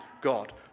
God